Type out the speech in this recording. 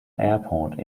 airport